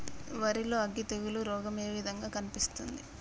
వరి లో అగ్గి తెగులు రోగం ఏ విధంగా కనిపిస్తుంది?